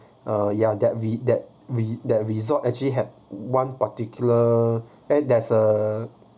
uh ya that re~ that re~ that resort actually had one particular and there's a